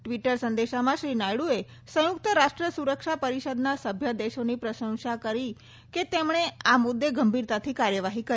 Twitter સંદેશામાં શ્રી નાયડુએ સંયુક્ત રાષ્ટ્ર સુરક્ષા પરિષદના સભ્ય દેશોની પ્રશંસા કરી કે તેમણે આ મુદ્દે ગંભીરતાથી કાર્યવાહી કરી